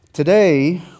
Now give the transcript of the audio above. Today